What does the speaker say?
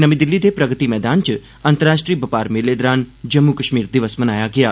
नर्मी दिल्ली दे प्रगति मैदान च अन्तर्राष्ट्रीय बपार मेले दौरान जम्मू कश्मीर दिवस मनाया गेया